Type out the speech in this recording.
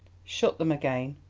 shut them again,